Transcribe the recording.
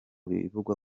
bivugwa